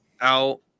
out